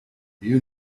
you